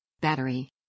battery